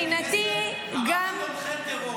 מה את ממציאה שטויות,